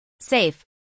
safe